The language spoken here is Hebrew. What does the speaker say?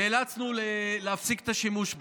נאלצנו להפסיק את השימוש בו.